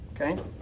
Okay